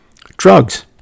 drugs